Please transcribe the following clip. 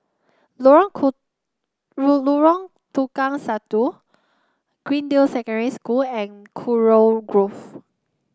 Lorong Lorong Tukang Satu Greendale Secondary School and Kurau Grove